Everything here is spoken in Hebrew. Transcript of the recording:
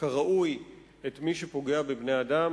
כראוי את מי שפוגע בבני-אדם,